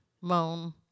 moan